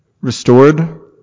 restored